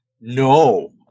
No